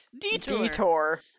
detour